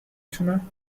تونم